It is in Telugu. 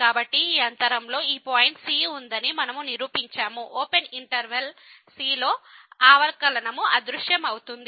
కాబట్టి ఈ అంతరంలో ఈ పాయింట్ c ఉందని మనము నిరూపించాము ఓపెన్ ఇంటర్వెల్ c లో అవకలనము అదృశ్యమవుతుంది